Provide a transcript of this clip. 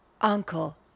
Uncle